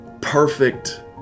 perfect